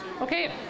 Okay